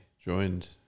joined